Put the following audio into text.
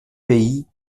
pays